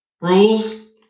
rules